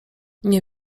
nie